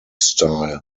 style